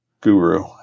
guru